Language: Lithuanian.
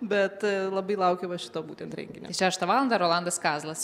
bet labai laukiu va šito būtent renginio šeštą valandą rolandas kazlas